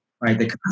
right